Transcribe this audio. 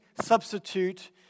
substitute